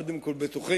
קודם כול בתוכנו,